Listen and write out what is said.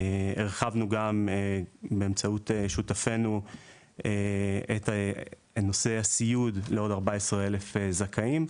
גם הרחבנו באמצעות שותפינו את נושא הסיעוד לעוד 14 אלף זכאים,